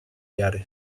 wiary